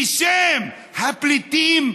בשם הפליטים.